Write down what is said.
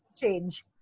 change